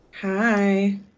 Hi